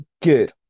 good